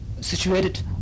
situated